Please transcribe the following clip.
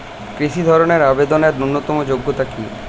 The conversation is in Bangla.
কৃষি ধনের আবেদনের ন্যূনতম যোগ্যতা কী?